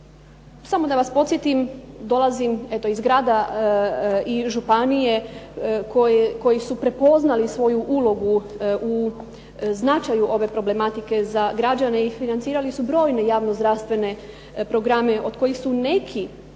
Samo da vas podsjetim, dolazim eto iz grada i županije koji su prepoznali svoju ulogu u značaju ove problematike za građane i financirali su brojne javno-zdravstvene programe od kojih su neki